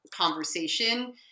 conversation